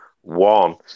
one